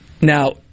Now